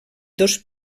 dos